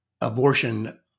abortion